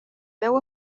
veu